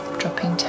dropping